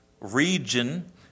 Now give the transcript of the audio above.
region